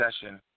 session